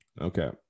Okay